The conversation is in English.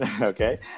Okay